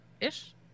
ish